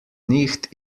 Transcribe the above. nicht